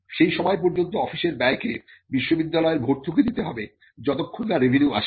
সেই সময় পর্যন্ত অফিসের ব্যয়কে বিশ্ববিদ্যালয়ের ভর্তুকি দিতে হবে যতক্ষণ না রেভিনিউ আসে